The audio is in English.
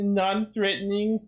non-threatening